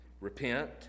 Repent